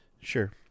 Sure